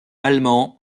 allemand